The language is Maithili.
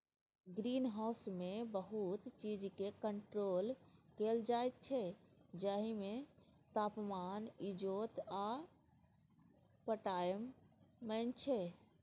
ग्रीन हाउसमे बहुत चीजकेँ कंट्रोल कएल जाइत छै जाहिमे तापमान, इजोत आ पटाएब मेन छै